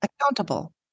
accountable